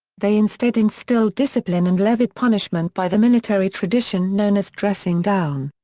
they instead instilled discipline and levied punishment by the military tradition known as dressing down.